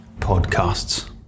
podcasts